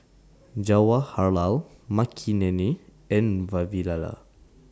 Jawaharlal Makineni and Vavilala